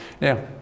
Now